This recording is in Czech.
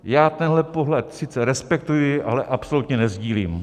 Já tenhle pohled sice respektuji, ale absolutně nesdílím.